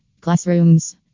Classrooms